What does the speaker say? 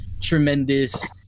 tremendous